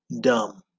dumb